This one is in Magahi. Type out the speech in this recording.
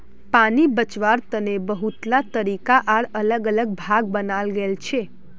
पानी बचवार तने बहुतला तरीका आर अलग अलग भाग बनाल गेल छे